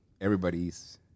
everybody's—